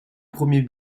premier